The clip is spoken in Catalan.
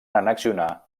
annexionar